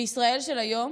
בישראל של היום